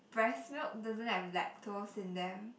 breast milk doesn't have lactose in them